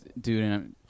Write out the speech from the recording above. Dude